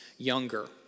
Younger